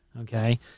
Okay